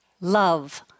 love